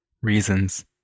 reasons